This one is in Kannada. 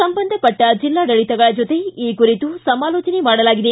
ಸಂಬಂಧಪಟ್ಟ ಜಿಲ್ಲಾಡಳಿತಗಳ ಜೊತೆ ಈ ಕುರಿತು ಸಮಾಲೋಜನೆ ಮಾಡಲಾಗಿದೆ